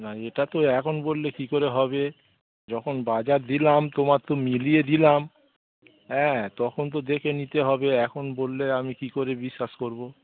না এটা তো এখন বললে কী করে হবে যখন বাজার দিলাম তোমার তো মিলিয়ে দিলাম হ্যাঁ তখন তো দেখে নিতে হবে এখন বললে আমি কি করে বিশ্বাস করবো